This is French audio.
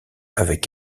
avec